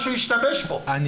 השתבש פה.